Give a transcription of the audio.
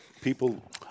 people